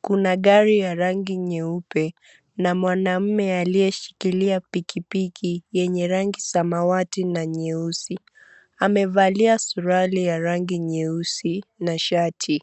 Kuna gari ya rangi nyeupe na mwanaume aliyeshikilia pikipiki yenye rangi samawati na nyeusi. Amevalia suruali ya rangi nyeusi na shati.